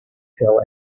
tell